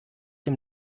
dem